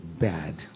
bad